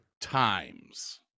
times